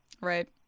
Right